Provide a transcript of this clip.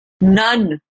None